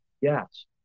yes